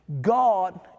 god